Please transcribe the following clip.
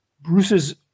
Bruce's